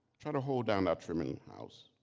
try to hold down that trembling house.